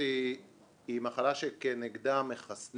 מי אחראי על פארק הירקון, הרשות או רט"ג?